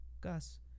Gus